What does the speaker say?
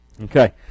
Okay